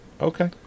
Okay